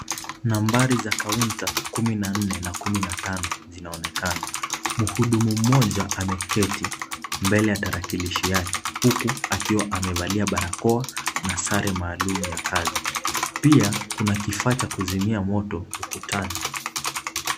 Nambari za kaunta kumi na nne na kumi na tano zinaonekana. Mhudumu mmoja ameketi, mbele ya tarakilishi yake huku akiwa amevalia barakoa na sare maalumu ya kazi. Pia kuna kifaa cha kuzimia moto ukutani.